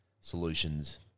solutions